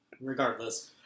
Regardless